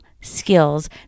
skills